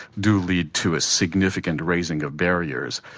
do lead to a significant raising of barriers.